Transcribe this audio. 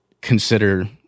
consider